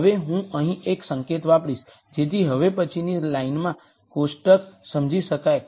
હવે હું અહીં એક સંકેત વાપરીશ જેથી હવે પછીની લાઈનમાં કોષ્ટક સમજી શકાય